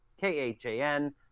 K-H-A-N